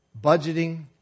budgeting